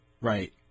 right